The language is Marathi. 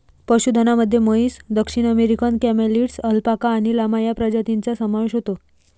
पशुधनामध्ये म्हैस, दक्षिण अमेरिकन कॅमेलिड्स, अल्पाका आणि लामा या प्रजातींचा समावेश होतो